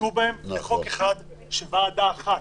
עסקו בהם לחוק אחד של ועדה אחת,